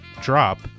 drop